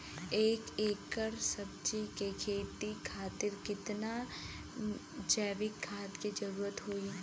एक एकड़ सब्जी के खेती खातिर कितना जैविक खाद के जरूरत होई?